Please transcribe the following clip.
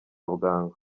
bwangu